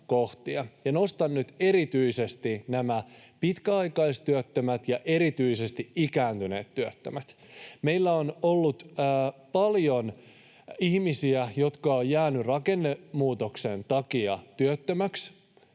nostan nyt erityisesti nämä pitkäaikaistyöttömät ja erityisesti ikääntyneet työttömät. Meillä on ollut paljon ihmisiä, jotka ovat jääneet rakennemuutoksen takia työttömäksi,